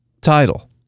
title